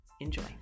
Enjoy